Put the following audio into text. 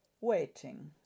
Waiting